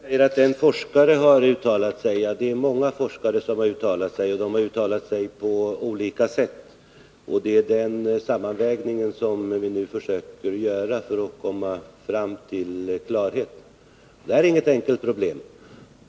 Herr talman! Bengt Silfverstrand säger att en forskare har uttalat sig om detta. Det är många forskare som har uttalat sig, och det har de gjort på olika sätt. Vi försöker nu göra en sammanvägning av deras uttalanden för att komma till klarhet. Det här är inget enkelt problem.